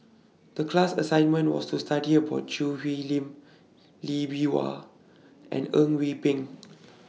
The class assignment was to study about Choo Hwee Lim Lee Bee Wah and Eng We Peng